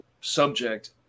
subject